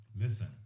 Listen